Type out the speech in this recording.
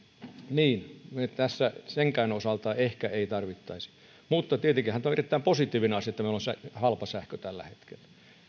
niin me tässä senkään osalta emme ehkä tarvitsisi mutta tietenkinhän tämä on erittäin positiivinen asia että meillä on halpa sähkö tällä hetkellä